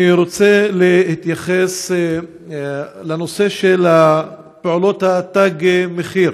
אני רוצה להתייחס לנושא פעולות תג מחיר,